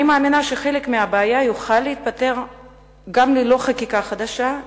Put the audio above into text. אני מאמינה שחלק מהבעיה יוכל להיפתר גם ללא חקיקה חדשה,